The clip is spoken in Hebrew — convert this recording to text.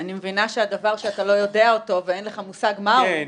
אני מבינה שהדבר שאתה לא יודע אותו ואין לך מושג מה הוא --- כן.